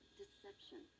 deception